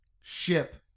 Ship